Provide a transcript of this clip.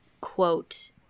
quote